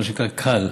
מה שנקרא Cal,